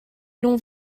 l’on